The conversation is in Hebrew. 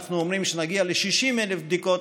כשאנחנו אומרים שנגיע ל-60,000 בדיקות,